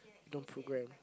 don't program